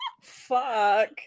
Fuck